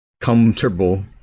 Comfortable